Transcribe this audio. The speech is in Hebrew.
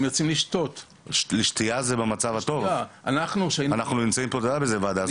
יוצאים לשתות --- שתייה זה במצב הטוב --- אתה יודע איזו ועדה זו.